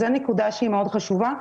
זו נקודה שהיא מאוד חשובה.